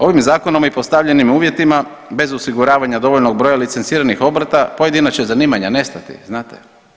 Ovim Zakonom i postavljenim uvjetima bez osiguravanja dovoljnog broja licenciranih obrta, pojedina će zanimanja nestati, znate?